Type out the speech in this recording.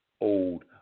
old